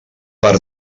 per